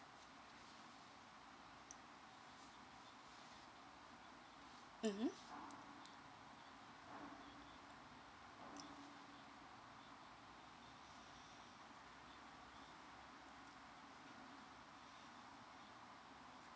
mmhmm